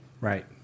Right